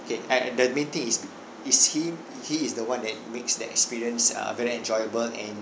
okay uh the main thing is is he he is the one that makes the experience uh very enjoyable and